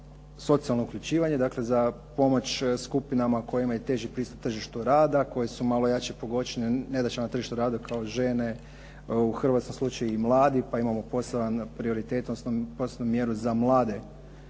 socijalno uključivanje, dakle za pomoć skupinama koje imaju teži pristup tržištu rada, koje su malo jače pogođene nedaćama na tržištu rada kao žene, u hrvatskom slučaju i mladi pa imamo poseban prioritet odnosno posebnu mjeru za mlade.